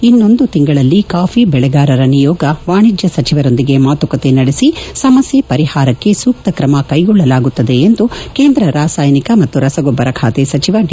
ಇನ್ನೊಂದು ತಿಂಗಳಲ್ಲಿ ಕಾಫಿ ಬೆಳೆಗಾರರ ನಿಯೋಗ ವಾಣಿಜ್ಯ ಸಚಿವರೊಂದಿಗೆ ಮಾತುಕತೆ ನಡೆಸಿ ಸಮಸ್ಥ ಪರಿಹಾರಕ್ಷೆ ಸೂಕ್ತ ಕ್ರಮ ಕೈಗೊಳ್ಳಲಾಗುತ್ತದೆಎಂದು ಕೇಂದ್ರ ರಾಸಾಯನಿಕ ಮತ್ತು ರಸಗೊಬ್ಬರ ಖಾತೆ ಸಚಿವ ಡಿ